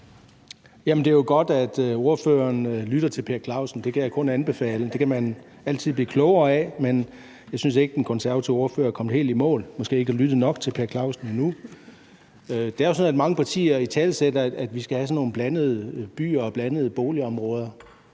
det er jo godt, at ordføreren lytter til Per Clausen – det kan jeg kun anbefale. Det kan man altid blive klogere af, men jeg synes ikke, den konservative ordfører er kommet helt i mål og måske ikke har lyttet nok til Per Clausen endnu. Det er jo sådan, at mange partier italesætter, at vi skal have sådan nogle blandede byer og blandede